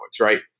right